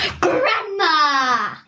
Grandma